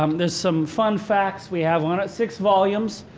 um there's some fun facts we have on it. six volumes,